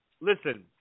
listen